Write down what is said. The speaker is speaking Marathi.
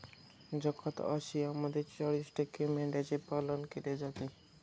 जगात आशियामध्ये चाळीस टक्के मेंढ्यांचं पालन केलं जातं